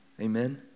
amen